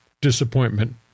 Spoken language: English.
disappointment